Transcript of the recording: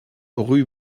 rue